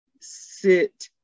sit